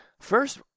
First